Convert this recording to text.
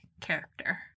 character